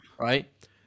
right